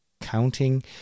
counting